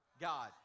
God